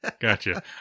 Gotcha